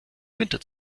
winter